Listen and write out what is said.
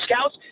scouts